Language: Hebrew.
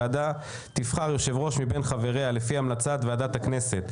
הוועדה תבחר יושב-ראש מבין חבריה לפי המלצת ועדת הכנסת.